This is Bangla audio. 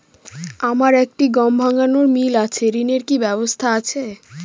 আমার একটি গম ভাঙানোর মিল আছে ঋণের কি ব্যবস্থা আছে?